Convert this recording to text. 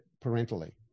parentally